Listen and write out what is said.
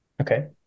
Okay